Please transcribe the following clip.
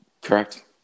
Correct